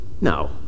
No